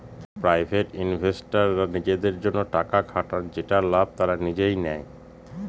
private ইনভেস্টররা নিজেদের জন্য টাকা খাটান যেটার লাভ তারা নিজেই নেয়